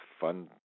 fun